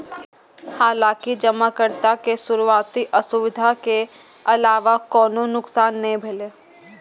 हालांकि जमाकर्ता के शुरुआती असुविधा के अलावा कोनो नुकसान नै भेलै